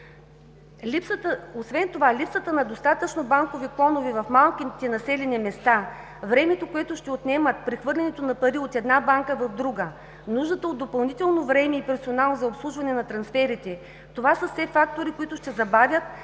Освен това липсата на достатъчно банкови клонове в малките населени места, времето, което ще отнема прехвърлянето на пари от една банка в друга, нуждата от допълнително време и персонал за обслужване трансферите, това са все фактори, които ще забавят,